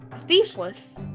speechless